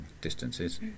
distances